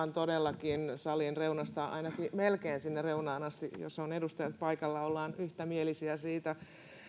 varmaan todellakin salin reunasta ainakin melkein sinne reunaan asti missä ovat edustajat paikalla ollaan yhtämielisiä